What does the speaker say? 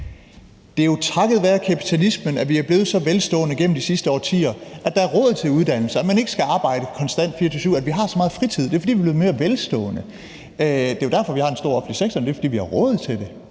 det er jo takket være kapitalismen, at vi er blevet så velstående igennem de sidste årtier: at der er råd til uddannelse, at man ikke skal arbejde konstant og 24-7, og at vi har så megen fritid. Det er, fordi vi er blevet mere velstående, og det er jo derfor, vi har en stor offentlig sektor. Det er, fordi vi har råd til det.